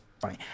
funny